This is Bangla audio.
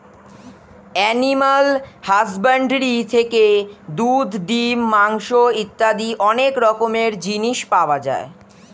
অ্যানিমাল হাসব্যান্ডরি থেকে দুধ, ডিম, মাংস ইত্যাদি অনেক রকমের জিনিস পাওয়া যায়